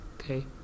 okay